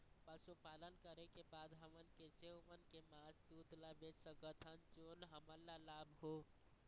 पशुपालन करें के बाद हम कैसे ओमन के मास, दूध ला बेच सकत हन जोन हमन ला लाभ हो?